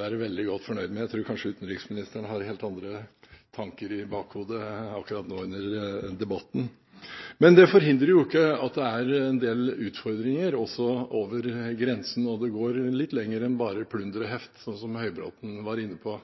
være veldig godt fornøyd med – jeg tror kanskje utenriksministeren har helt andre tanker i bakhodet akkurat nå, under debatten – men det forhindrer ikke at det er en del utfordringer også over grensen. Det går litt lenger enn bare på «plunder og heft», som representanten Høybråten var inne på.